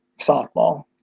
softball